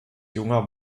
junger